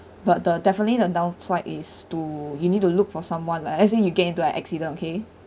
but the definitely the downside is to you need to look for someone like let's say you get into an accident okay